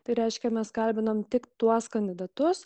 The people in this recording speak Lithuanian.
tai reiškia mes kalbinome tik tuos kandidatus